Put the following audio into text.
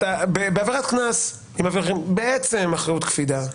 בעבירת קנס זאת בעצם אחריות קפידה.